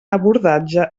abordatge